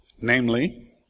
Namely